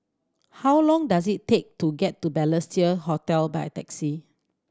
how long does it take to get to Balestier Hotel by taxi